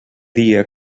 dia